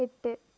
எட்டு